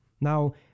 Now